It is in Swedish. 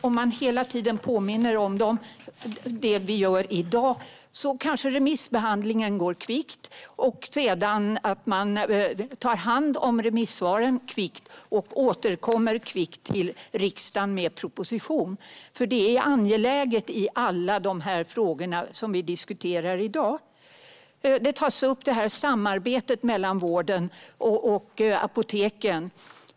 Om vi hela tiden påminner om dem, som vi gör i dag, kanske remissbehandlingen går kvickt, och sedan tar man hand om remissvaren kvickt och återkommer kvickt till riksdagen med proposition, för det är angeläget i alla de frågor som vi diskuterar i dag. Samarbetet mellan vården och apoteken tas upp.